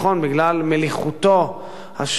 בגלל מליחותו השונה,